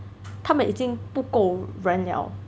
他们已经不够人了